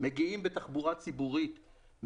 מגיעים בתחבורה ציבורית,